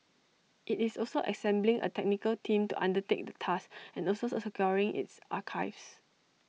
IT is also assembling A technical team to undertake the task and also securing its archives